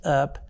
up